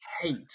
hate